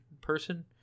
person